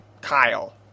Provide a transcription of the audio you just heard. Kyle